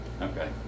Okay